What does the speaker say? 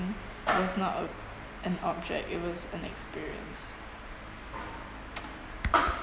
was not a an object it was an experience